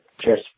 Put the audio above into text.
Cheers